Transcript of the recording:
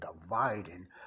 dividing